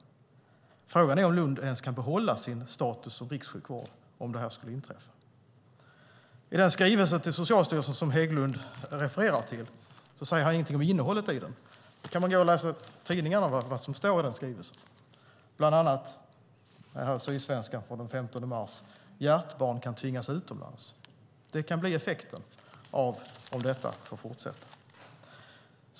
Frågan är om Lund ens kan behålla sin status som rikssjukvård om detta skulle inträffa. Hägglund refererar till en skrivelse till Socialstyrelsen, men han säger ingenting om innehållet. Man kan läsa i tidningarna vad som står i den. Sydsvenskan, till exempel, skriver den 15 mars: Hjärtbarn kan tvingas utomlands. Det kan bli effekten om detta får fortsätta.